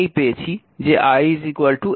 আমরা আগেই পেয়েছি যে i 8 অ্যাম্পিয়ার